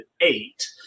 eight